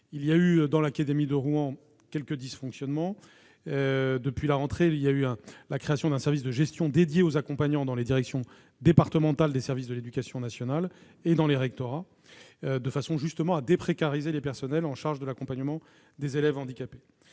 enregistrés dans l'académie de Rouen. La rentrée a vu la création d'un service de gestion dédié aux accompagnants dans les directions départementales des services de l'éducation nationale et dans les rectorats, de façon justement à déprécariser les personnels en charge de l'accompagnement des élèves handicapés.